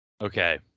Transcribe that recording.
okay